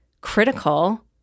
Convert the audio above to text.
critical